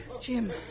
Jim